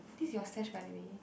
this your stash by the way